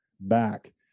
back